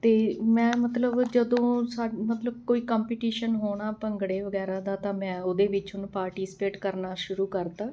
ਅਤੇ ਮੈਂ ਮਤਲਬ ਜਦੋਂ ਸਾ ਮਤਲਬ ਕੋਈ ਕੰਪੀਟੀਸ਼ਨ ਹੋਣਾ ਭੰਗੜੇ ਵਗੈਰਾ ਦਾ ਤਾਂ ਮੈਂ ਉਹਦੇ ਵਿੱਚ ਹੁਣ ਪਾਰਟੀਸਪੇਟ ਕਰਨਾ ਸ਼ੁਰੂ ਕਰਤਾ